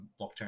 blockchain